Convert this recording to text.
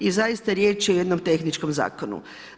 I zaista riječ je o jednom tehničkom zakonu.